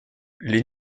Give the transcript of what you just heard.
les